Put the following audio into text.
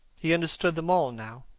he understood them all now,